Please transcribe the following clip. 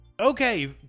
Okay